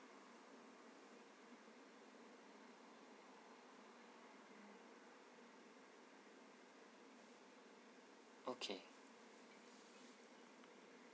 okay